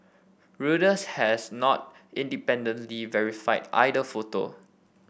Reuters has not independently verified either photo